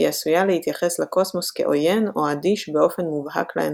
היא עשויה להתייחס לקוסמוס כעוין או אדיש באופן מובהק לאנושות.